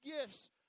gifts